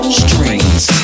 strings